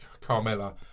Carmella